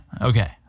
Okay